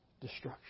destruction